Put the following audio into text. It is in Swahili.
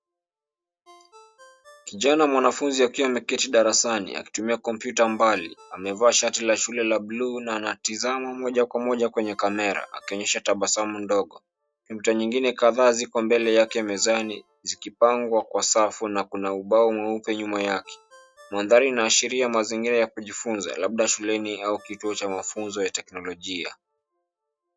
Kijana mwanafunzi akiwa ameketi darasani akitumia kompyuta mbali. Amevaa shati la shule la bluu na anatazama moja kwa moja kwenye kamera akionyesha tabasamu ndogo. Daftari nyingine kadhaa ziko mbele yake mezani zikipangwa kwa safu na kuna ubao mweupe nyuma yake. Mandhari inaashiria mazingira ya kujifunza labda shuleni au kituo cha mafunzo ya kiteknolojia.